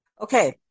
Okay